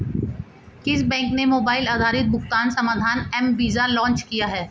किस बैंक ने मोबाइल आधारित भुगतान समाधान एम वीज़ा लॉन्च किया है?